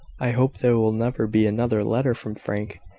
i hope there will never be another letter from frank,